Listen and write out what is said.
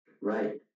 Right